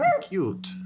cute